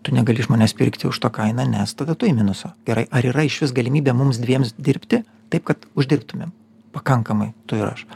tu negali iš manęs pirkti už tą kainą nes tada tu į minusą gerai ar yra išvis galimybė mums dviems dirbti taip kad uždirbtumėm pakankamai tu ir aš